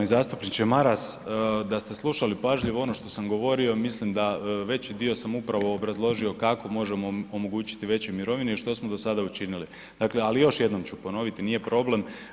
Poštovani zastupniče Maras, da ste slušali pažljivo ono što sam govorio, mislim da veći dio sam upravo obrazložio kako možemo omogućiti mirovine i što smo do sada učinili dakle ali još jednom ću ponoviti, nije problem.